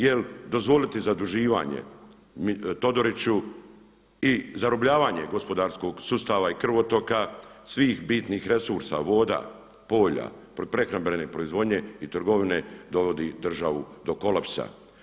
Jer dozvoliti zaduživanje Todoriću i zarobljavanje gospodarskog sustava i krvotoka svih bitnih resursa, voda, polja, prehrambene proizvodnje i trgovine dovodi državu do kolapsa.